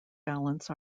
balance